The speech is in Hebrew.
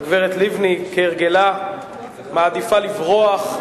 הגברת לבני, כהרגלה מעדיפה לברוח,